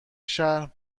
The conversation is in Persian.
شهر